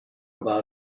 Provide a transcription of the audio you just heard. about